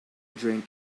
drink